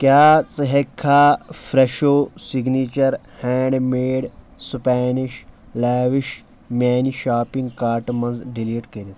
کیٛاہ ژٕ ہٮ۪ککھا Fresho signature hand made Spanish لیوِش میانہِ شاپِنٛگ کارٛٹہٕ منٛز ڈیلیٖٹ کٔرِتھ ؟